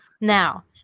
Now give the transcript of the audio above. now